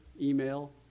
email